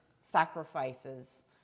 sacrifices